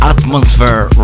Atmosphere